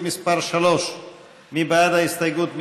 מי בעד ההסתייגות?